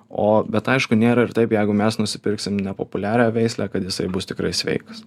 o bet aišku nėra ir taip jeigu mes nusipirksim nepopuliarią veislę kad jisai bus tikrai sveikas